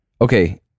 Okay